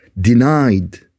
denied